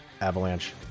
Avalanche